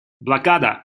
блокада